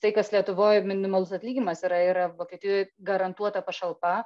tai kas lietuvoj minimalus atlyginimas yra yra vokietijoj garantuota pašalpa